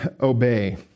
obey